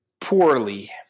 Poorly